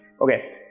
Okay